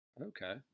Okay